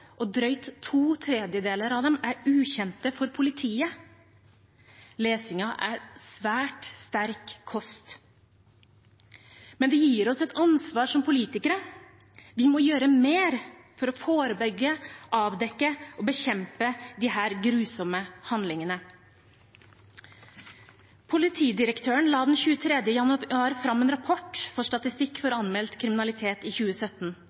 og drøyt to tredjedeler av dem er ukjente for politiet. Lesingen er svært sterk kost. Men det gir oss et ansvar som politikere. Vi må gjøre mer for å forebygge, avdekke og bekjempe disse grusomme handlingene. Politidirektøren la den 23. januar fram en rapport med statistikk for anmeldt kriminalitet i 2017.